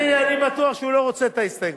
אני בטוח שהוא לא רוצה את ההסתייגות.